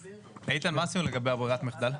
איתן, מה עשינו לגבי ברירת המחדל?